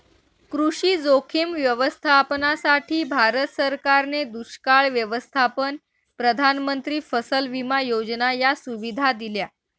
कृषी जोखीम व्यवस्थापनासाठी, भारत सरकारने दुष्काळ व्यवस्थापन, प्रधानमंत्री फसल विमा योजना या सुविधा दिल्या